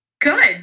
Good